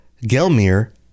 Gelmir